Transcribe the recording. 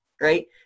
right